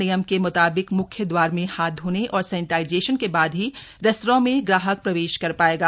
नियम के म्ताबिक म्ख्य दवार में हाथ धोने और सैनेटाइजेशन के बाद ही रेस्तरां में ग्राहक प्रवेश कर पाएगा